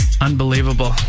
Unbelievable